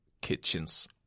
kitchens